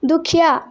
दुखिया